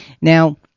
Now